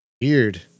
Weird